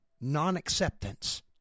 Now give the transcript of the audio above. Non-acceptance